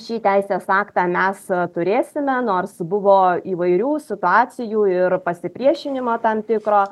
šį teisės aktą mes turėsime nors buvo įvairių situacijų ir pasipriešinimo tam tikro